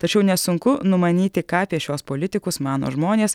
tačiau nesunku numanyti ką apie šiuos politikus mano žmonės